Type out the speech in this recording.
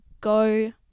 go